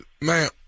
Man